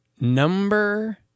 Number